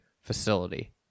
facility